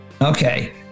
Okay